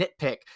nitpick